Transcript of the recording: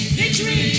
victory